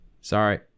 sorry